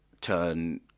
turn